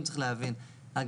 שירות נתמך, יש